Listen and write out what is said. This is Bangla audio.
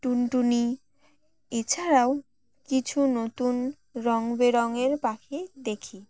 টুনটুনি এছাড়াও কিছু নতুন রঙ বেরঙের পাখি দেখি